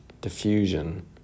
diffusion